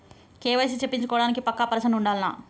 KYC చేపిచ్చుకోవడానికి పక్కా person ఉండాల్నా?